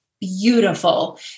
beautiful